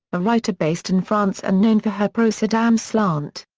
a writer based in france and known for her pro-saddam slant.